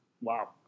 Wow